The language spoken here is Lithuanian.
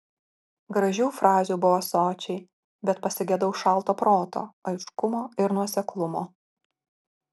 gražių frazių buvo sočiai bet pasigedau šalto proto aiškumo ir nuoseklumo